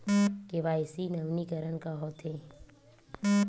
KYC नवीनीकरण का होथे?